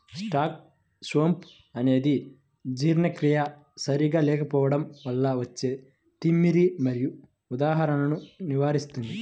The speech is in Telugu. స్టార్ సోంపు అనేది జీర్ణక్రియ సరిగా లేకపోవడం వల్ల వచ్చే తిమ్మిరి మరియు ఉదరాలను నివారిస్తుంది